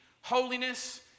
holiness